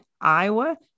Iowa